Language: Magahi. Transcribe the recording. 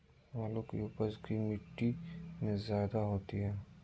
आलु की उपज की मिट्टी में जायदा होती है?